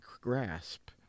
grasp